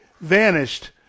vanished